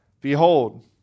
Behold